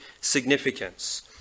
significance